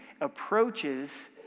approaches